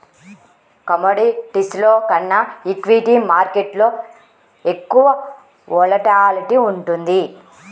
కమోడిటీస్లో కన్నా ఈక్విటీ మార్కెట్టులో ఎక్కువ వోలటాలిటీ ఉంటుంది